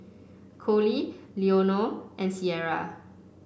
Colie Leonore and Ciera